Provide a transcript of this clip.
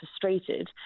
frustrated